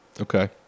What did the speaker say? Okay